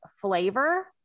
flavor